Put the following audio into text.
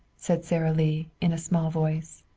said sara lee in a small voice.